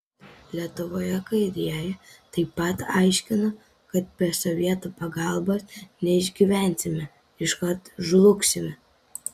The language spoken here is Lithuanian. lietuvoje kairieji taip pat aiškino kad be sovietų pagalbos neišgyvensime iškart žlugsime